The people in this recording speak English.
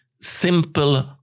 simple